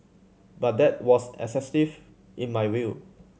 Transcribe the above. but that was excessive in my view